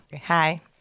Hi